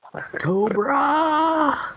Cobra